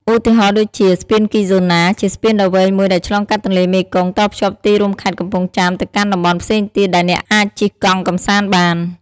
ឧទាហរណ៍ដូចជា ស្ពានគីហ្សូណា ជាស្ពានដ៏វែងមួយដែលឆ្លងកាត់ទន្លេមេគង្គ តភ្ជាប់ទីរួមខេត្តកំពង់ចាមទៅកាន់តំបន់ផ្សេងទៀតដែលអ្នកអាចជិះកង់កម្សាន្តបាន។